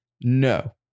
no